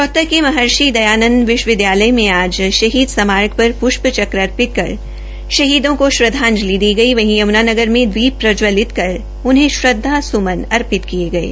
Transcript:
रोहतक के महर्षि दयानंद विश्वविद्यालय में आज शहीद स्मारक पर पृष्प च्रक अर्पित कर शहीदों को श्रदधांजलि दी गई वहीं यमुनानगर मे दीप प्रजवालित कर उन्हें श्रद्धास्मन अर्पित किये गये